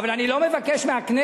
אבל אני לא מבקש מהכנסת,